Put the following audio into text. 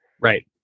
Right